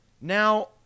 Now